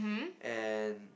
and